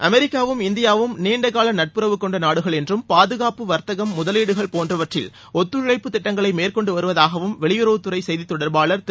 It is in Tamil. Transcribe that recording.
அமெரிக்காவும் இந்தியாவும் நீண்ட கால நட்புறவு கொண்ட நாடுகள் என்றும் பாதுகாப்பு வர்த்தகம் முதலீடுகள் போன்றவற்றில் ஒத்துழைப்பு திட்டங்களை மேற்கொண்டு வருவதாகவும் வெளியுறவுத் துறை செய்தித் தொடர்பாளர் திரு